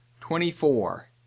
Twenty-four